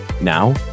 now